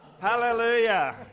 Hallelujah